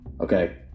Okay